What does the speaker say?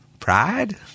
Pride